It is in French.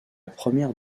première